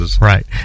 Right